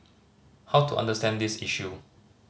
how to understand this issue